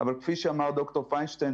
אבל כפי שאמר ד"ר פיינשטיין,